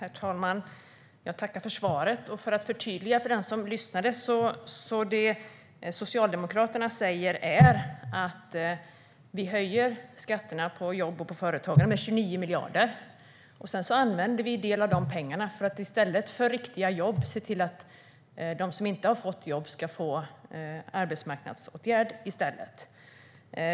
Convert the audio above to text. Herr talman! Jag tackar för svaret. För att förtydliga för den som lyssnade vill jag säga att det Socialdemokraterna menar är att man höjer skatterna på jobb och företagande med 29 miljarder och sedan använder en del av de pengarna för att i stället för riktiga jobb se till att de som inte har fått jobb ska få sysselsättning i en arbetsmarknadsåtgärd.